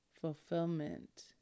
fulfillment